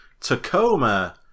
Tacoma